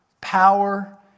power